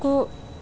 गु